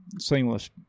seamless